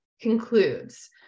concludes